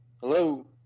Hello